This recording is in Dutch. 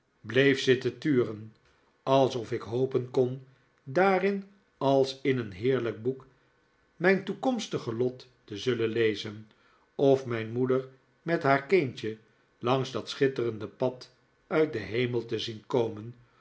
bleef zitten turen alsof ik hopen kon daarin als in een heerlijk boek mijn toekomstige lot te zullen lezen of mijn moeder met haar kindje langs dat schitterende pad uit den hemel te zien komen